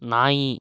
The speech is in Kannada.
ನಾಯಿ